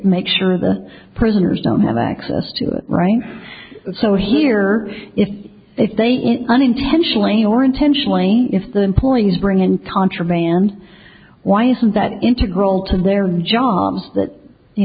make sure the prisoners don't have access to it right so he or if they say it unintentionally or intentionally if the employees bring in contraband why isn't that integral to their job that you